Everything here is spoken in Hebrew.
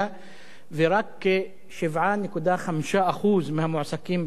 ורק כ-7.5% מהמועסקים בסקטור הציבורי.